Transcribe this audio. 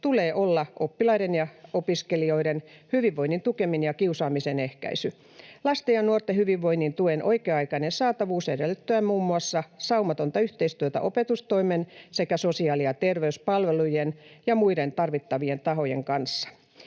tulee olla oppilaiden ja opiskelijoiden hyvinvoinnin tukeminen ja kiusaamisen ehkäisy. Lasten ja nuorten hyvinvoinnin tuen oikea-aikainen saatavuus edellyttää muun muassa saumatonta yhteistyötä opetustoimen sekä sosiaali- ja terveyspalveluiden ja muiden tarvittavien tahojen kanssa.